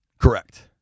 Correct